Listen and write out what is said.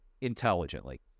intelligently